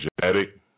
genetic